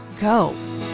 go